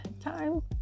time